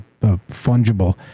fungible